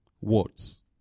Words